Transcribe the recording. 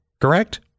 correct